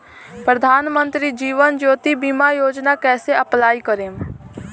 प्रधानमंत्री जीवन ज्योति बीमा योजना कैसे अप्लाई करेम?